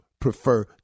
prefer